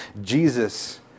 Jesus